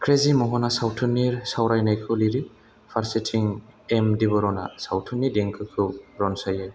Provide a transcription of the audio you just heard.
crazy महना सावथुननि सावरायनायखौ लिरो फारसेथिं एम दिबरना सावथुननि देंखोखौ रनसायो